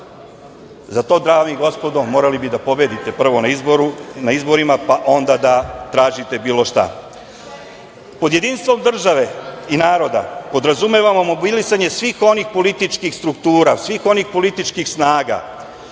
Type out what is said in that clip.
Za to, dame i gospodo, morali bi da pobedite prvo na izborima, pa onda da tražite bilo šta. Pod jedinstvom države i naroda podrazumevamo mobilisanje svih onih političkih struktura, svih onih političkih snaga,